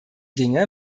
dinge